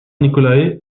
nicolae